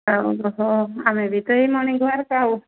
ଆଉ ହଁ ଆମେ ବି ତ ଏଇ ମର୍ଣ୍ଣିଙ୍ଗ୍ ୱାକ୍ ଆଉ